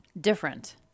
Different